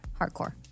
Hardcore